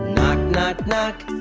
knock knock.